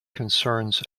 concerns